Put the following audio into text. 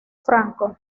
franco